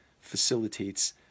facilitates